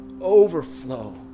overflow